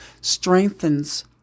strengthens